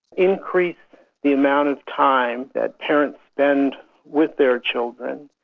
increase the amount of time that parents spend with their children,